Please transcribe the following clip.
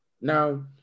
Now